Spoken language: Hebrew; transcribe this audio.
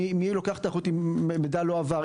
מי לוקח את החוטים אם המידע לא עבר.